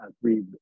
three